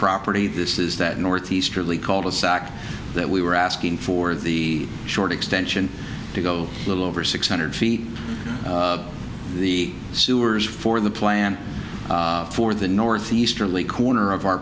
property this is that north easterly called a sock that we were asking for the short extension to go a little over six hundred feet the sewers for the plan for the north easterly corner of our